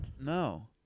No